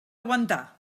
aguantar